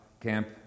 camp